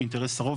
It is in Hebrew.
אינטרס הרוב,